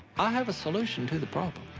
i have a solution to the problem.